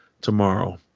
tomorrow